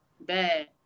bad